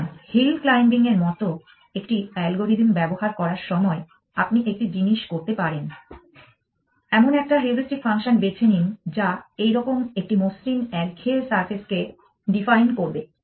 সুতরাং hill climbing এর মতো একটি অ্যালগরিদম ব্যবহার করার সময় আপনি একটি জিনিস করতে পারেন এমন একটা হিউড়িস্টিক ফাংশন বেছে নিন যা এইরকম একটি মসৃণ একঘেয়ে সারফেস কে ডিফাইন করবে